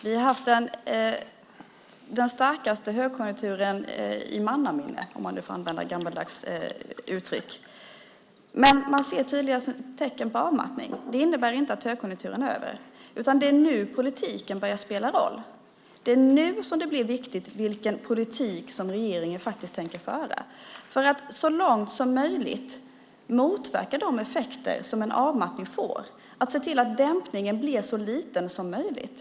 Vi har haft den starkaste högkonjunkturen i mannaminne, om man nu får använda gammaldags uttryck. Men man ser tydliga tecken på avmattning. Det innebär inte att högkonjunkturen är över utan att det är nu som politiken börjar spela roll och att det är nu som det blir viktigt vilken politik som regeringen faktiskt tänker föra för att så långt som möjligt motverka de effekter som en avmattning får och se till att dämpningen blir så liten som möjligt.